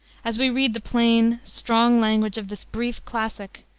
as we read the plain, strong language of this brief classic,